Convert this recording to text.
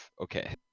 Okay